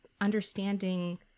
understanding